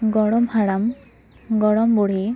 ᱜᱚᱲᱚᱢ ᱦᱟᱲᱟᱢ ᱜᱚᱲᱚᱢ ᱵᱩᱲᱦᱤ